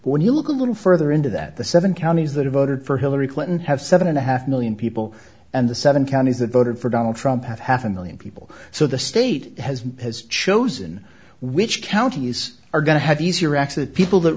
when you look a little further into that the seven counties that have voted for hillary clinton have seven and a half million people and the seven counties that voted for donald trump have half a million people so the state has has chosen which counties are going to have easier access to people that